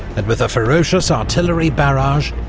and with a ferocious artillery barrage,